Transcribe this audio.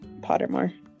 Pottermore